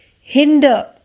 hinder